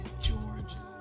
Georgia